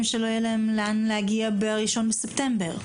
שלא יהיה להם לאן להגיע ב-1 בספטמבר.